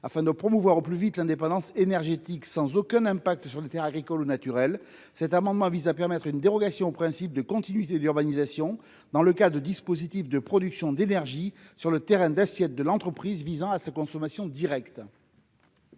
afin de promouvoir au plus vite l'indépendance énergétique sans aucun impact sur les Terres agricoles ou naturels, cet amendement vise à permettre une dérogation au principe de continuité d'urbanisation dans le cas de dispositifs de production d'énergie sur le terrain d'assiette de l'entreprise visant à sa consommation directe.